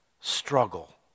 struggle